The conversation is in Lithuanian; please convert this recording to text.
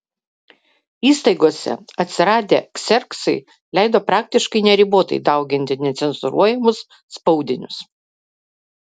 įstaigose atsiradę kserksai leido praktiškai neribotai dauginti necenzūruojamus spaudinius